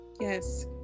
Yes